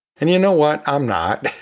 and you know what? i'm not.